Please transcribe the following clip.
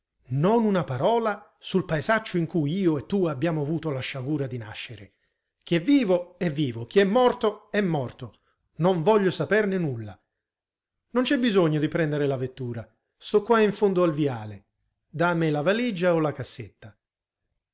non una parola sul paesaccio in cui io e tu abbiamo avuto la sciagura di nascere chi è vivo è vivo chi è morto è morto non voglio saperne nulla non c'è bisogno di prendere la vettura sto qua in fondo al viale da a me la valigia o la cassetta